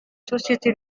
société